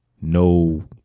No